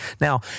Now